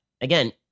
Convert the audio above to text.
again